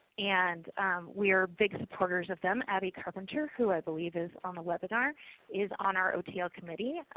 and we are big supporters of them. abby carpenter who i believe is on the webinar is on our otl committee.